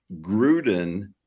Gruden